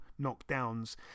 knockdowns